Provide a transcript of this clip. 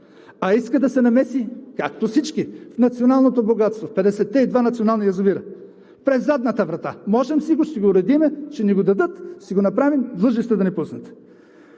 а иска да се намеси, както всички, в националното богатство – в петдесетте и два национални язовира, през задната врата! Можем си го, ще си го уредим, ще ни го дадат, ще си го направим, длъжни сте да ни пуснете!